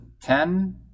ten